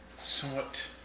Somewhat